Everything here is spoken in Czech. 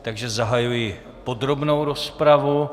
Takže zahajuji podrobnou rozpravu.